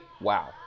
wow